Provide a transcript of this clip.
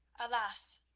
alas!